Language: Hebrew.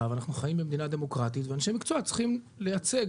ואנחנו חיים במדינה דמוקרטית ואנשי מקצוע צריכים לייצג,